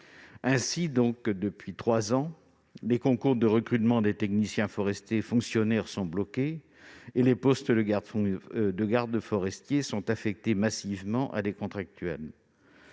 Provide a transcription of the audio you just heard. Ainsi, depuis trois ans, les concours de recrutement de techniciens forestiers fonctionnaires sont bloqués et les postes de gardes forestiers sont affectés massivement à des contractuels.